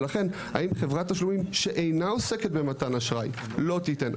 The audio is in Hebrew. ולכן האם חברת תשלומים שאינה עוסקת במתן אשראי לא תיתן?